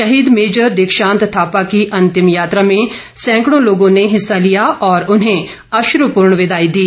शहीद मेजर दीक्षांत थापा की अंतिम यात्रा में सैंकड़ों लोगों ने हिस्सा लिया और उन्हें अश्रपूर्ण विदाई दी